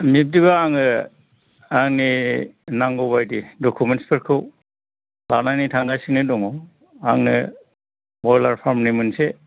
बिब्दिबा आङो आंनि नांगौबायदि डकुमेन्ट्स फोरखौ बानायनो थांगासिनो दङ आंनो ब्रयलार फार्म नि मोनसे